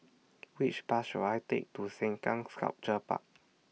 Which Bus should I Take to Sengkang Sculpture Park